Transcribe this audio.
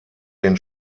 den